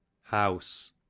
house